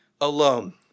alone